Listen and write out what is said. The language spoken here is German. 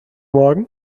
morgen